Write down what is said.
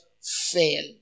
fail